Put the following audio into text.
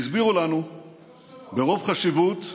והסבירו לנו ברוב חשיבות,